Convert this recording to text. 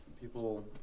people